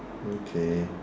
okay